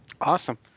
Awesome